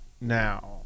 now